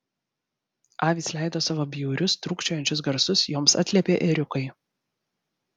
avys leido savo bjaurius trūkčiojančius garsus joms atliepė ėriukai